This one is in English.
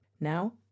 Now